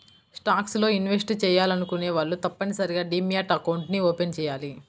stocks లో invest చెయ్యాలనుకునే వాళ్ళు తప్పనిసరిగా డీమ్యాట్ అకౌంట్ని ఓపెన్ చెయ్యాలి